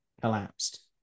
collapsed